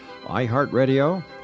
iHeartRadio